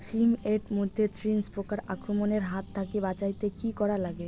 শিম এট মধ্যে থ্রিপ্স পোকার আক্রমণের হাত থাকি বাঁচাইতে কি করা লাগে?